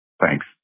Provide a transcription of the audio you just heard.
Thanks